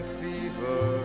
fever